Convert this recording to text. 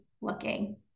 looking